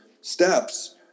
steps